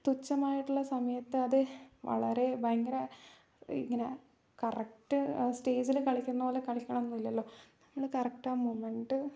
തുച്ഛമായിട്ടുള്ള സമയത്ത് അത് വളരെ ഭയങ്കര ഇങ്ങനെ കറക്റ്റ് സ്റ്റേജിൽ കളിക്കുന്നതു പോലെ കളിക്കണം എന്നില്ലല്ലോ നമ്മൾ കറക്റ്റ് ആ മൊമൻ്റ്